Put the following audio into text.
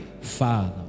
father